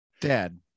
Dad